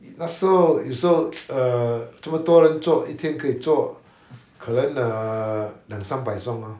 那时候有时候 err 这么多人做一天可以做可能 err 两三百双 lor